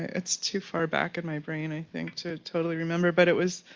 it's too far back at my brain i think to totally remember but it was,